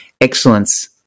excellence